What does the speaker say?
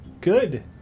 Good